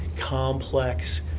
complex